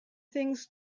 things